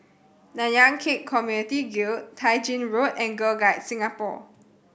Nanyang Khek Community Guild Tai Gin Road and Girl Guides Singapore